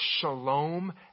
shalom